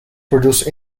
produce